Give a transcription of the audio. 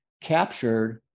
captured